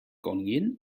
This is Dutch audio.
koningin